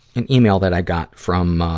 an email that i got from, ah,